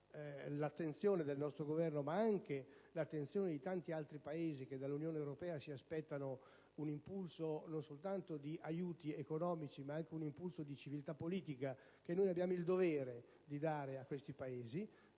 l'attenzione del nostro Governo, ma anche di tanti altri Paesi che dall'Unione europea si aspettano un impulso, non soltanto in termini di aiuti economici, ma anche di civiltà politica, che abbiamo il dovere di dare a questi Paesi: